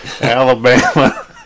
Alabama